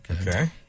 Okay